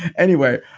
anyway,